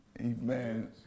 amen